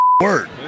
word